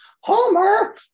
Homer